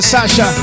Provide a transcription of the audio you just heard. Sasha